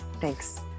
thanks